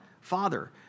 Father